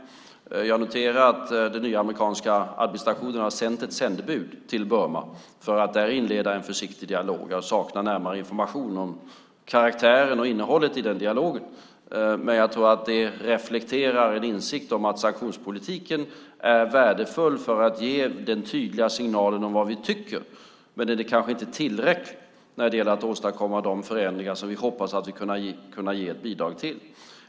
Jag noterar att den nya amerikanska administrationen har sänt ett sändebud till Burma för att där inleda en försiktig dialog. Jag saknar närmare information om karaktären och innehållet i den dialogen. Men jag tror att den reflekterar en insikt om att sanktionspolitiken är värdefull för att ge den tydliga signalen om vad vi tycker, men den är kanske inte tillräcklig för att åstadkomma de förändringar som vi hoppas kunna ge ett bidrag till.